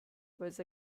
was